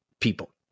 people